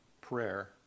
prayer